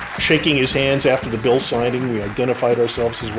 shaking his hands after the bill signing, we identified ourselves